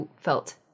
felt